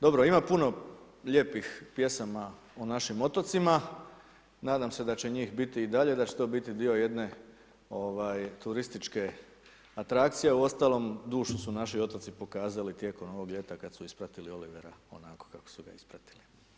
Dobro, ima puno lijepih pjesama o našim otocima, nadam se da će njih biti i dalje, da će to biti dio jedne, ovaj, turističke atrakcije, a uostalom dušu su naši otoci pokazali tijekom ovog ljeta kad su ispratili Olivera, onako kako su ga ispratili.